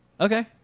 Okay